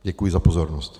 Děkuji za pozornost.